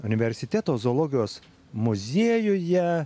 universiteto zoologijos muziejuje